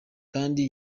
kandi